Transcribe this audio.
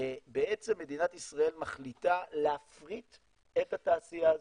בעצם מדינת ישראל מחליטה להפריט את התעשייה הזאת.